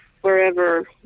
wherever